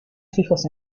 fijos